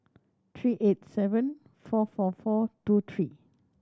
three eight seven four four four two three